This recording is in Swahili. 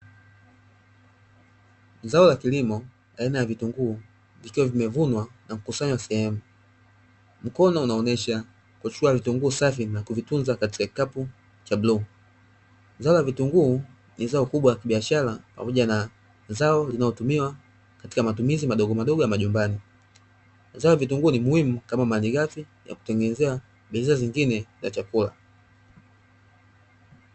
Zao la kilimo aina vitunguu vikiwa vimevunwa na kukusanywa sehemu. Mkono unaonesha kuchukua vitunguu safi na kuvitunza katika kikapu cha bluu. Zao la vitunguu ni zao kubwa kibiashara pamoja na zao linalotumiwa katika matumizi madogomadogo ya majumbani. Zao la vitunguu ni muhimu kama malighafi ya kutengenezea bidhaa zingine za chakula.